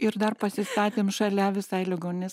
ir dar pasistatėm šalia visai ligoninės